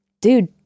dude